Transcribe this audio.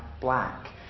black